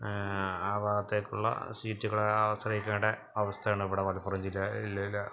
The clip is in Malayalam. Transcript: ആ ഭാഗത്തേക്കുള്ള സീറ്റുകളെ ആശ്രയിക്കേണ്ട അവസ്ഥയാണ് ഇവിടെ മലപ്പുറം ജില്ല ജില്ലയിലെ